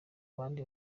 bandi